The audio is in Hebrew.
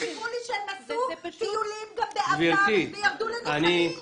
חניכים ספרו לי שהם עשו טיולים גם בעבר וירדו לנחלים.